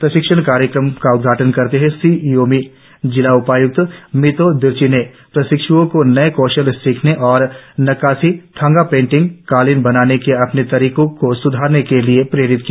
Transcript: प्रशिक्षण कार्यक्रम का उद्घाटन करते हए शी योमी जिला उपाय्क्त मितो दिरची ने प्रशिक्षिओ को नए कौशल सीखने और नक्काशी थानका पेंटिंग कालीन बनाने के अपने तरीको को सुधारने के लिए प्रेरित किया